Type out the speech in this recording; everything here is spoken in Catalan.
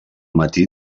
matí